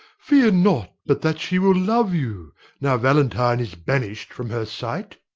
fear not but that she will love you now valentine is banish'd from her sight.